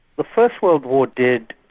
the first world war did